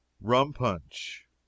Rum-punch